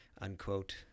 unquote